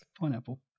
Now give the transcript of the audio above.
Pineapple